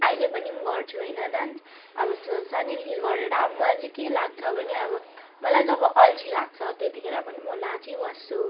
अहिले पनि गर्छु होइन डान्स अब स सानैदेखि गरेर अब मलाई चाहिँ के लाग्छ भने अब मलाई जब अल्छी लाग्छ तेत्तिखेर पनि म नाचिबस्छु